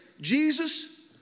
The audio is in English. Jesus